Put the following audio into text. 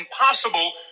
impossible